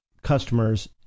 customers